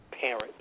parent